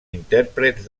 intèrprets